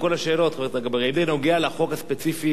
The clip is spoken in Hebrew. האם זה נוגע לחוק הספציפי שבו אנחנו מדברים?